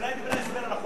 תקרא את דברי ההסבר לצו.